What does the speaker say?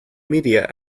media